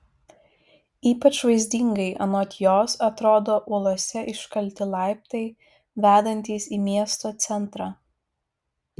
ypač vaizdingai anot jos atrodo uolose iškalti laiptai vedantys į miesto centrą